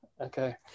Okay